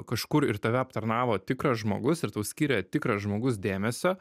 kažkur ir tave aptarnavo tikras žmogus ir tau skiria tikras žmogus dėmesio